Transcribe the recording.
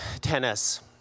tennis